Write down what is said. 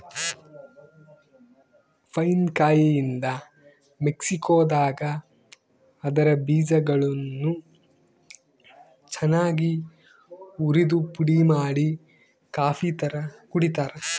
pine ಕಾಯಿಯಿಂದ ಮೆಕ್ಸಿಕೋದಾಗ ಅದರ ಬೀಜಗಳನ್ನು ಚನ್ನಾಗಿ ಉರಿದುಪುಡಿಮಾಡಿ ಕಾಫಿತರ ಕುಡಿತಾರ